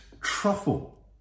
truffle